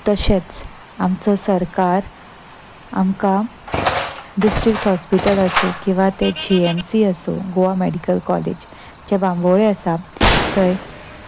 तशेंच आमचो सरकार आमकां डिस्ट्रिक्ट हॉस्पिटल आसूं किंवां ते जी एम सी आसूं गोवा मॅडिकल कॉलेज जे बांबोळे आसा थंय